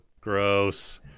Gross